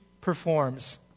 performs